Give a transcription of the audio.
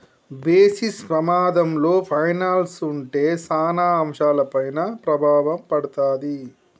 basis పమాధంలో పైనల్స్ ఉంటే సాన అంశాలపైన ప్రభావం పడతాది